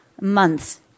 months